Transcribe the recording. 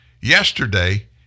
Yesterday